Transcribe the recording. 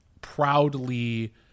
proudly